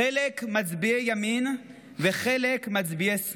חלק מצביעי ימין וחלק מצביעי שמאל,